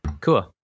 Cool